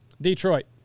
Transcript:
Detroit